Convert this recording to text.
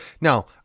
Now